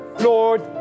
Lord